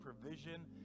provision